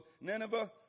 Nineveh